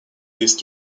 these